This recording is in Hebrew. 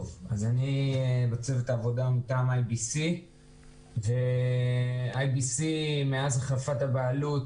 אני מצוות העבודה מטעם IBC. מאז החלפת הבעלות